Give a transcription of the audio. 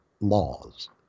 laws